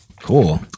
cool